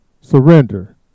surrender